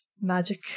magic